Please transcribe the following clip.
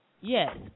yes